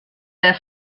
der